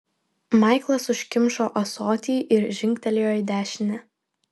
maiklas užkimšo ąsotį ir žingtelėjo į dešinę